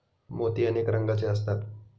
मोती अनेक रंगांचे असतात